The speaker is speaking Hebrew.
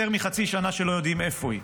יותר מחצי שנה לא יודעים איפה היא,